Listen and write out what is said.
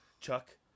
Chuck